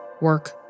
work